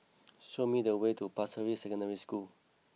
show me the way to Pasir Ris Secondary School